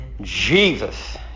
Jesus